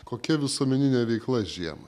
kokia visuomeninė veikla žiemą